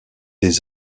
des